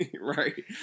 right